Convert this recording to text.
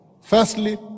Firstly